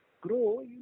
grow